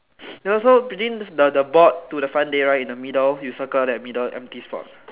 there also within the the board to the fun day right in the middle you circle that middle empty spot